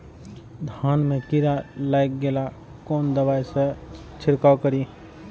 धान में कीरा लाग गेलेय कोन दवाई से छीरकाउ करी?